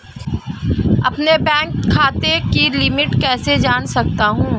अपने बैंक खाते की लिमिट कैसे जान सकता हूं?